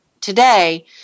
Today